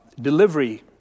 delivery